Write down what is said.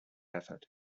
effort